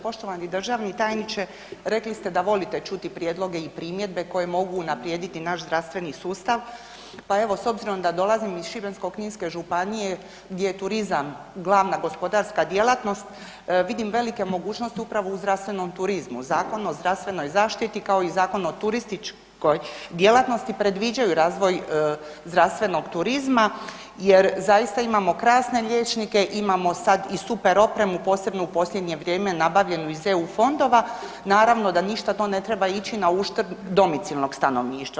Poštovani državni tajniče, rekli ste da volite čuti prijedloge i primjedbe koje mogu unaprijediti naš zdravstveni sustav, pa evo s obzirom da dolazim iz Šibensko-kninske županije gdje je turizam glavna gospodarska djelatnost, vidim velike mogućnosti upravo u zdravstvenom turizmu, u Zakonu o zdravstvenoj zaštiti kao i u Zakonu o turističkoj djelatnosti predviđaju razvoj zdravstvenog turizma jer zaista imamo krasne liječnike imamo sad i super opremu posebno u posljednje vrijeme nabavljenu iz EU fondova, naravno da ništa to ne treba ići na uštrb domicilnog stanovništva.